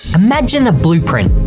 imagine a blueprint,